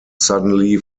suddenly